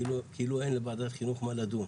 כאילו אין לוועדת החינוך מה לדון.